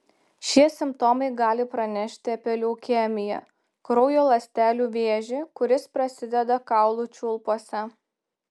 šie simptomai gali pranešti apie leukemiją kraujo ląstelių vėžį kuris prasideda kaulų čiulpuose